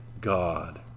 God